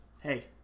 hey